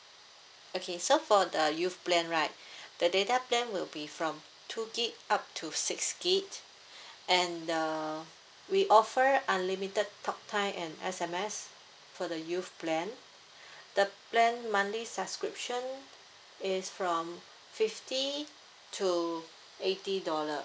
okay so for the youth plan right the data plan will be from two gig up to six gig and the we offer unlimited talk time and S_M_S for the youth plan the plan monthly subscription is from fifty to eighty dollar